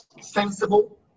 sensible